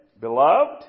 beloved